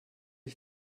ich